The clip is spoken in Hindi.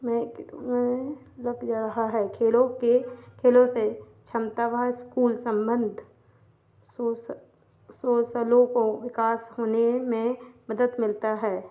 लग जा रहा है खेलों के खेलों से क्षमता व स्कूल सम्बन्ध सोशल सोशलों को विकास होने में मदद मिलती है